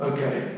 Okay